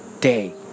day